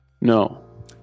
No